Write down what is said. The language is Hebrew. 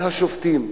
השופטים.